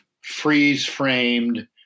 freeze-framed